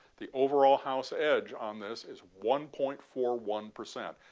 the overall house edge on this is one point four one percent,